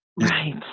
Right